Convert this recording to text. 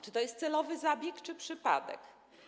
Czy to jest celowy zabieg, czy przypadek?